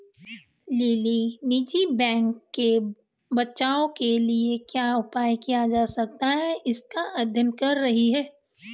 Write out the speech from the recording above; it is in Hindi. लिली निजी बैंकों के बचाव के लिए क्या उपाय किया जा सकता है इसका अध्ययन कर रही है